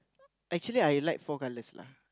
actually I like four colours lah